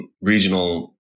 regional